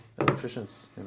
electricians